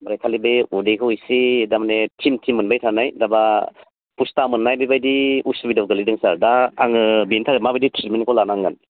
ओमफ्राय खालि बे उदैखौ एसे दामानि थिम थिम मोनबाय थानाय दा बा फुस्टा मोननाय बेबायदि असुबिदायाव गोलैदों सार दा आङो बेनि थाखाय माबायदि ट्रिटमेन्टखौ लानांगोन